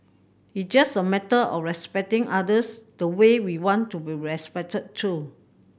it's just a matter of respecting others the way we want to be respected too